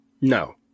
no